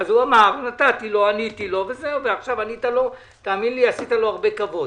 אז הוא אמר וענית לו, עשית לו הרבה כבוד.